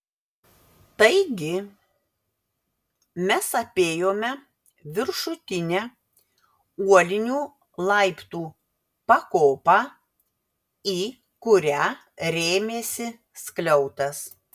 taigi mes apėjome viršutinę uolinių laiptų pakopą į kurią rėmėsi skliautas